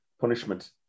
punishment